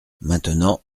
maintenant